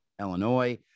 Illinois